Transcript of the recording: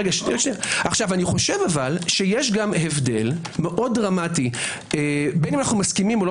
אני חושב אבל שיש הבדל דרמטי בין אם אנו מסכימים או לא